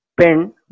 pen